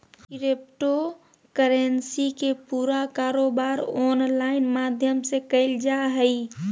crypto currency के पूरा कारोबार ऑनलाइन माध्यम से क़इल जा हइ